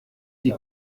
die